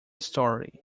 story